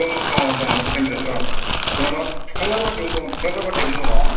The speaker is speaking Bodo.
दङ दङ दङ औ जेन'बा थुक्राझार बायदिआवनो दं थुक्राझार बायदियावनो दङ